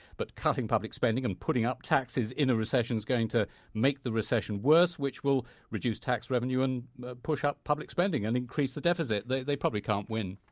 but cutting public spending, and putting up taxes in a recession is going to make the recession worse, which will reduce tax revenue and push up public spending and increase the deficit. they they probably can't win.